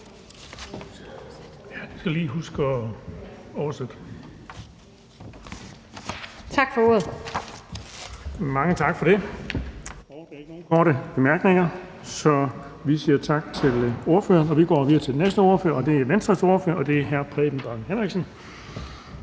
fg. formand (Erling Bonnesen): Der er ikke nogen korte bemærkninger, så vi siger tak til ordføreren. Vi går videre til næste ordfører, og det er Venstres ordfører, hr. Preben Bang Henriksen.